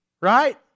Right